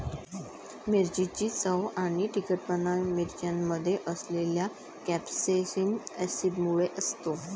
मिरचीची चव आणि तिखटपणा मिरच्यांमध्ये असलेल्या कॅप्सेसिन ऍसिडमुळे असतो